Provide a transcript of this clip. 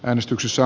äänestyksissä